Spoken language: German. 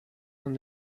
von